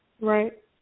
Right